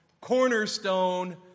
cornerstone